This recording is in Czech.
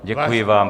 Děkuji vám.